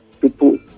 people